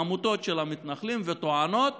עמותות של המתנחלים שטוענות